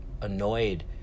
annoyed